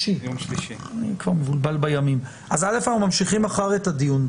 ואנחנו נמשיך את הדיון מחר.